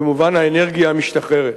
במובן האנרגיה המשתחררת.